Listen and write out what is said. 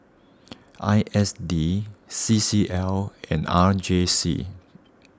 I S D C C L and R J C